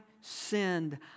sinned